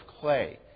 clay